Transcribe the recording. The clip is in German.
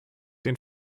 den